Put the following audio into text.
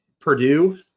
Purdue